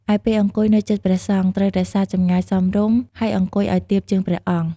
ឯ ពេលអង្គុយនៅជិតព្រះសង្ឃ ត្រូវរក្សាចម្ងាយសមរម្យ ហើយអង្គុយឲ្យទាបជាងព្រះអង្គ។